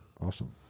Awesome